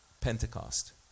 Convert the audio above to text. Pentecost